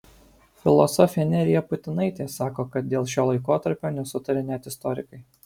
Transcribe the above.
filosofė nerija putinaitė sako kad dėl šio laikotarpio nesutaria net istorikai